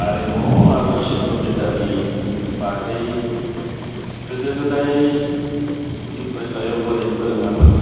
आरिमु आरो शिल्प' बिध्यानि बागै गोदो गोदाय गुदि फरायसालियाव बोरै फोरोङोमोन